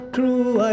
True